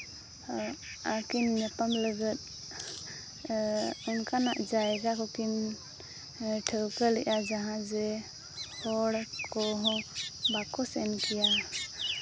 ᱟᱹᱠᱤᱱ ᱧᱟᱯᱟᱢ ᱞᱟᱹᱜᱤᱫ ᱚᱱᱠᱟᱱᱟᱜ ᱡᱟᱭᱜᱟ ᱠᱚ ᱠᱤᱱ ᱴᱷᱟᱹᱣᱠᱟᱹ ᱞᱮᱫᱼᱟ ᱡᱟᱦᱟᱸ ᱡᱮ ᱦᱚᱲ ᱠᱚᱦᱚᱸ ᱵᱟᱝ ᱠᱚ ᱥᱮᱱ ᱠᱮᱭᱟ